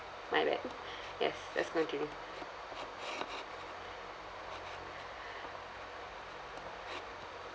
my bad yes just continue